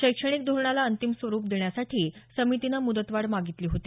शैक्षणिक धोरणाला अंतिम स्वरुप देण्यासाठी समितीनं मुदतवाढ मागितली होती